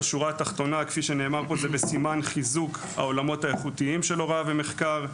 בשורה התחתונה זה בסימן חיזוק העולמות האיכותיים של הוראה ומחקר,